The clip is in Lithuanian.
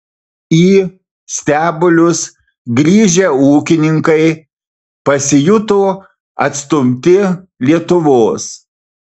į stebulius grįžę ūkininkai pasijuto atstumti lietuvos